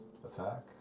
Attack